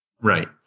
Right